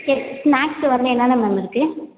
சரி ஸ்னாக்ஸ் வந்து என்னென்ன மேம் இருக்குது